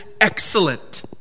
excellent